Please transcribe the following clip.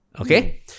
Okay